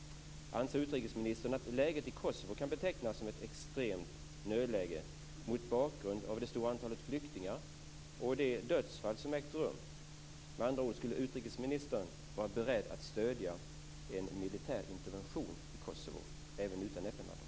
Anser utrikesministern att läget i Kosovo kan betecknas som ett extremt nödläge mot bakgrund av det stora antalet flyktingar och de dödsfall som har ägt rum? Med andra ord: Skulle utrikesministern vara beredd att stödja en militär intervention i Kosovo, även utan FN-mandat?